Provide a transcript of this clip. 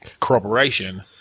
corroboration